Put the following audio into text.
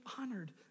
honored